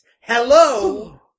Hello